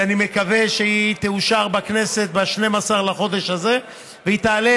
שאני מקווה שתאושר בכנסת ב-12 בחודש הזה ותעלה